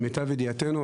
למיטב ידיעתנו,